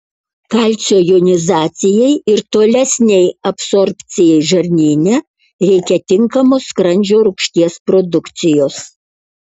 kalcio jonizacijai ir tolesnei absorbcijai žarnyne reikia tinkamos skrandžio rūgšties produkcijos